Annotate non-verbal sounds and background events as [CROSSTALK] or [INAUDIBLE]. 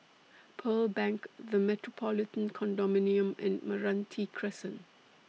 [NOISE] Pearl Bank The Metropolitan Condominium and Meranti Crescent